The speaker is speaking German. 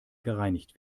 gereinigt